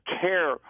care –